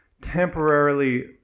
temporarily